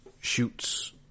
shoots